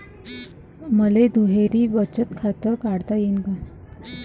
मले दुहेरी बचत खातं काढता येईन का?